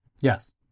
Yes